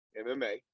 MMA